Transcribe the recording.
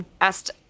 asked